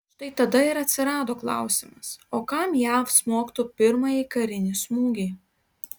štai tada ir atsirado klausimas o kam jav smogtų pirmąjį karinį smūgį